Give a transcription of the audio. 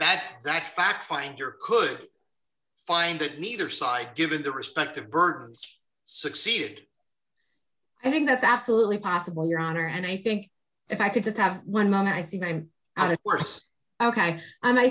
that that fact finder could find that neither side given the respective burns succeeded i think that's absolutely possible your honor and i think if i could just have one moment i said i'm the worst ok and i